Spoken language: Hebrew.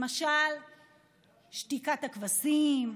למשל "שתיקת הכבשים",